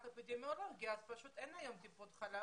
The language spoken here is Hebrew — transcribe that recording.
האפידמיולוגי ולכן אין היום טיפות חלב.